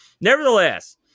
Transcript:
Nevertheless